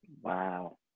Wow